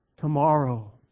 Tomorrow